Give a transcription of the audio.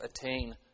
attain